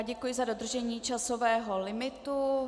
Děkuji za dodržení časového limitu.